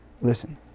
Listen